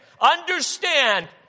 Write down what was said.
Understand